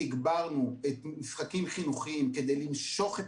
תגברנו את המשחקים החינוכיים כדי למשוך את